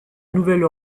nouvelle